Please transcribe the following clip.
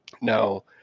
Now